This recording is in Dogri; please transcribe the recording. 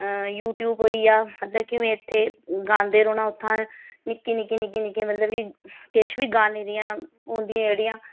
यू ट्यूब होई गेआ मतलब कि में इत्थें गांदे रौह्ना उत्थें निक्की निक्की निक्की निक्की मतलब कि किश बी गाने दियां होंदियां जेह्ड़ियां